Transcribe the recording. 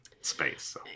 space